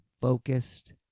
focused